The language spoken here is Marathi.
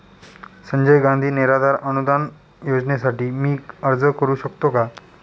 संजय गांधी निराधार अनुदान योजनेसाठी मी अर्ज करू शकतो का?